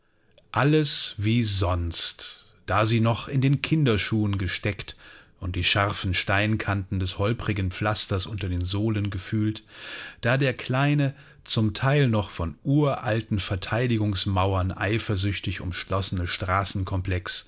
alles wie sonst da sie noch in den kinderschuhen gesteckt und die scharfen steinkanten des holprigen pflasters unter den sohlen gefühlt da der kleine zum teil noch von uralten verteidigungsmauern eifersüchtig umschlossene